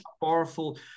powerful